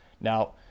Now